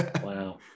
Wow